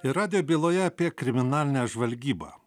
ir radijo byloje apie kriminalinę žvalgybą